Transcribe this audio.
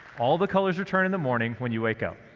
all the colors return in the morning when you wake up.